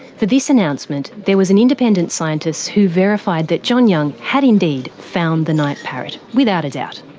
for this announcement there was an independent scientist who verified that john young had indeed found the night parrot without a doubt.